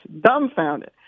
dumbfounded